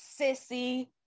sissy